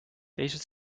teised